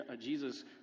Jesus